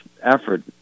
effort